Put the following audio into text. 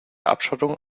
abschottung